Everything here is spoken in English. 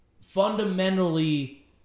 fundamentally